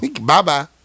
Bye-bye